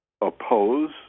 oppose